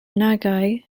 nagai